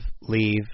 leave